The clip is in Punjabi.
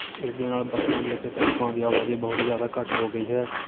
ਇਹਦੇ ਨਾਲ ਬੱਸਾਂ ਦੀ ਅਤੇ ਟੈਂਪੂਆਂ ਦੀ ਆਵਾਜਾਈ ਬਹੁਤ ਜ਼ਿਆਦਾ ਘੱਟ ਹੋ ਗਈ ਹੈ